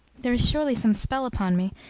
there is surely some spell upon me,